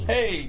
Hey